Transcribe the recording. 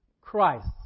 Christ